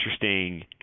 interesting